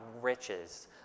riches